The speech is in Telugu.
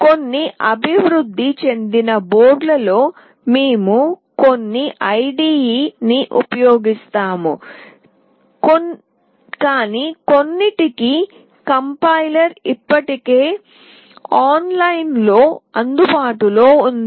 కొన్ని అభివృద్ధి చెందిన బోర్డులలో మేము కొన్ని IDE ని ఉపయోగిస్తాము కాని కొన్నింటికి కంపైలర్ ఇప్పటికే ఆన్లైన్లో అందుబాటులో ఉంది